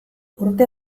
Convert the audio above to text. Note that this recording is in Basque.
urte